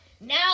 now